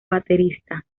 baterista